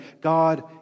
God